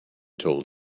told